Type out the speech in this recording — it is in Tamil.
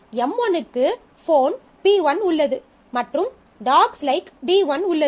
M1 க்கு ஃபோன் P1 உள்ளது மற்றும் dogs likes dogs likes D1 உள்ளது